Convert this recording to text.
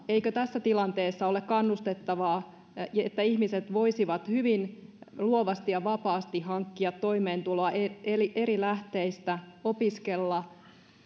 eikö tässä tilanteessa ole samalla kannustettavaa että ihmiset voisivat hyvin luovasti ja vapaasti hankkia toimeentuloa eri lähteistä opiskella